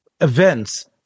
events